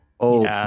Old